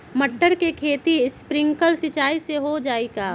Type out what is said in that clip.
मटर के खेती स्प्रिंकलर सिंचाई से हो जाई का?